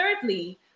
thirdly